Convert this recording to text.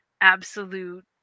absolute